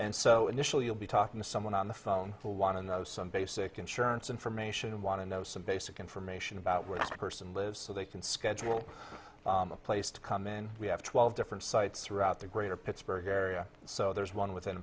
and so initially you'll be talking to someone on the phone who want to know some basic insurance information and want to know some basic information about where this person lives so they can schedule a place to come in we have twelve different sites throughout the greater pittsburgh area so there's one within